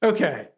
Okay